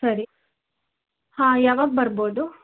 ಸರಿ ಹಾಂ ಯಾವಾಗ ಬರ್ಬೋದು